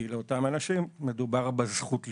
כי לאותם אנשים מדובר בזכות לחיות.